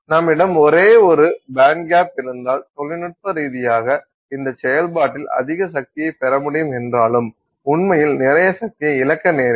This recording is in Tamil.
நம்மிடம் ஒரே ஒரு பேண்ட்கேப் இருந்தால் தொழில்நுட்ப ரீதியாக இந்த செயல்பாட்டில் அதிக சக்தியைப் பெற முடியும் என்றாலும் உண்மையில் நிறைய சக்தியை இழக்க நேரிடும்